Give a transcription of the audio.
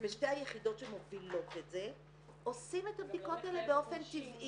בשתי היחידות שמובילות את זה עושים את הבדיקות האלה באופן טבעי.